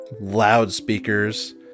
loudspeakers